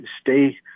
stay